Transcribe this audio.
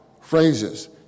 phrases